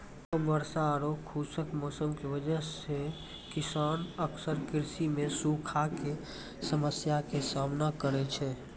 कम वर्षा आरो खुश्क मौसम के वजह स किसान अक्सर कृषि मॅ सूखा के समस्या के सामना करै छै